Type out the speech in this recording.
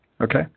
Okay